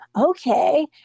okay